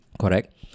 Correct